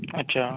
अच्छा